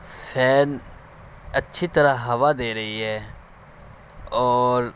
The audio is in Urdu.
فین اچھی طرح ہوا دے رہی ہے اور